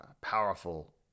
powerful